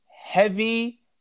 heavy